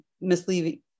misleading